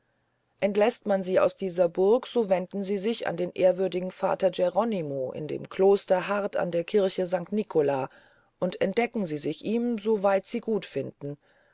entläßt man sie aus dieser burg so wenden sie sich an den ehrwürdigen vater geronimo in dem kloster hart an der kirche sanct nicola und entdecken sich ihm so weit sie gut finden